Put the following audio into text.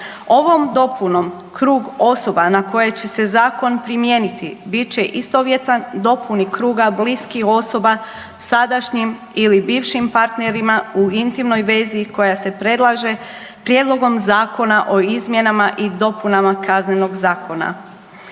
Ovom dopunom krug osoba na koje će se zakon primijeniti bit će istovjetan dopuni kruga bliskih osoba sadašnjim ili bivšim partnerima u intimnoj vezi koja se predlaže Prijedlogom zakona o izmjenama i dopunama Kaznenog zakona.